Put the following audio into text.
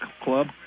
club